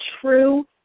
true